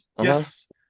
Yes